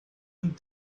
and